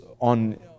on